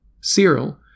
Cyril